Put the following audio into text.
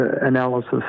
analysis